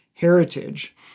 heritage